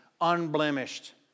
unblemished